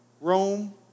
Rome